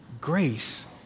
Grace